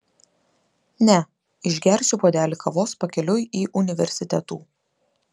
ne išgersiu puodelį kavos pakeliui į universitetų